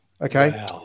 okay